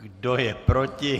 Kdo je proti?